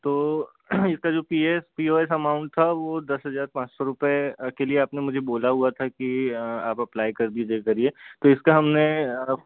तो इसका जो P S P O S amount था वो दस हजार पाँच सौ रुपए के लिए आपने मुझे बोला हुआ था कि आप अप्लाई कर दीजिये करिए तो इसका हमने